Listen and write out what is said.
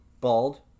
bald